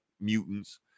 mutants